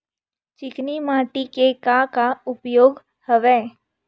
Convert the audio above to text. चिकनी माटी के का का उपयोग हवय?